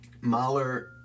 Mahler